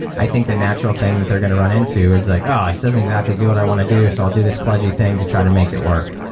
i think the natural thing that they're going to run into is like, oh, this doesn't exactly do what i want to do. so i'll do this clugy think to try to make it work.